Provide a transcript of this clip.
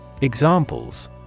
Examples